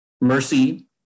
mercy